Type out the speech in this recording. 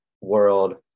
world